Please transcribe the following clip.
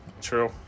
True